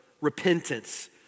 repentance